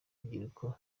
rubyiruko